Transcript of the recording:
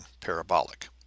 parabolic